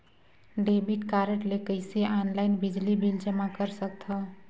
Debit card ले कइसे online बिजली बिल जमा कर सकथव?